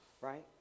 right